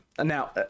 Now